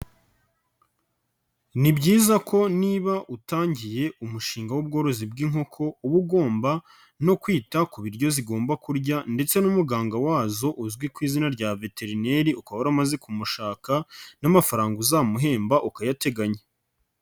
Ni byiza ko niba utangiye umushinga w'ubworozi bw'inkoko, uba ugomba no kwita ku biryo zigomba kurya ndetse n'umuganga wazo uzwi ku izina rya veterineri ukaba waramaze kumushaka n'amafaranga uzamuhemba ukayateganya.